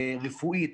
רפואית,